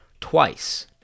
twice